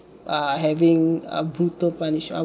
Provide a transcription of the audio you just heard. err having a brutal punish